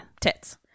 tits